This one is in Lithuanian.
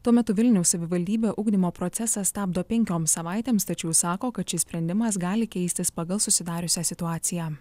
tuo metu vilniaus savivaldybė ugdymo procesą stabdo penkioms savaitėms tačiau sako kad šis sprendimas gali keistis pagal susidariusią situaciją